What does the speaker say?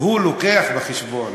מביא בחשבון